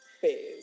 phase